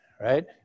right